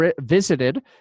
visited